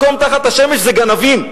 מקום תחת השמש זה גנבים.